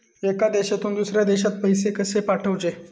एका देशातून दुसऱ्या देशात पैसे कशे पाठवचे?